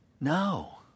No